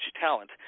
talent